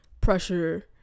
pressure